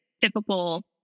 typical